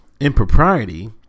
impropriety